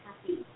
happy